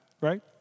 Right